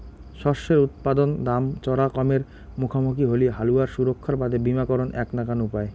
শস্যের উৎপাদন দাম চরা কমের মুখামুখি হলি হালুয়ার সুরক্ষার বাদে বীমাকরণ এ্যাক নাকান উপায়